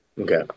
Okay